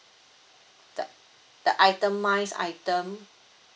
the the itemised item